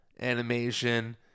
animation